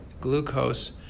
glucose